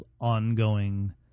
ongoing